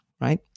right